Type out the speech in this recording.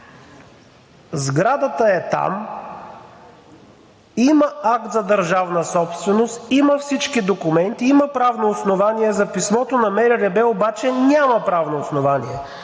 сградата е там, има акт за държавна собственост, има всички документи, има правни основания. За писмото на МРРБ обаче няма правно основание,